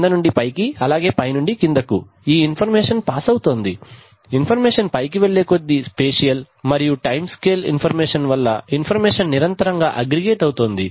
కింద నుండి పైకి అలాగే పై నుండి కిందకు ఈ ఇన్ఫర్మేషన్ పాస్ అవుతుంది ఇన్ఫర్మేషన్ పైకి వెళ్ళే కొద్దీ ఇది స్పెషియల్ మరియు టైం స్కేల్ ఇన్ఫర్మేషన్ వలన ఇన్ఫర్మేషన్ నిరంతరంగా అగ్రిగేట్ అవుతుంది